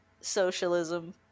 socialism